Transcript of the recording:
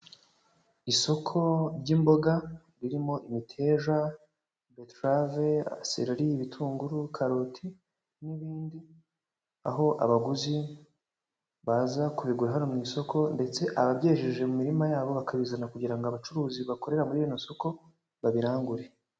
Isoko ry'imboga ririmo imiteja, betarave, sereri, ibitunguru, karoti n'ibindi. Aho abaguzi baza kubigura hano mu isoko, ndetse ababyejeje mu mirima yabo bakabizana kugira ngo abacuruzi bakorera muri rino soko babirangure.